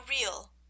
real